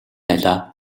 байлаа